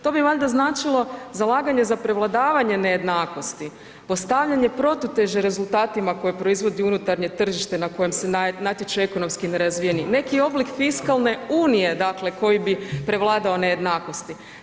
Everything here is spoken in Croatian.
To bi valjda značilo zalaganje za prevladavanje nejednakosti, postavljanje protuteže rezultatima koje proizvodi unutarnje tržište na kojem se natječu ekonomski nerazvijeni, neki oblik fiskalne unije koji bi prevladao nejednakosti.